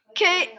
Okay